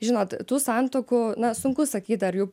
žinot tų santuokų na sunku sakyt ar jų